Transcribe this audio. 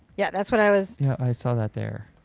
yeah. that's what i was. yeah i saw that there.